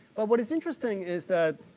but what is interesting is that